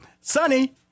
sunny